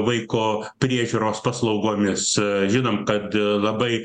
vaiko priežiūros paslaugomis žinom kad labai